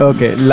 Okay